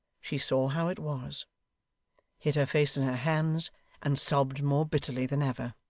she saw how it was hid her face in her hands and sobbed more bitterly than ever.